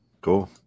Cool